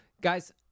guys